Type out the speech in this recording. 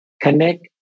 connect